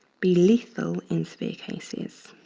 be lethal in severe cases.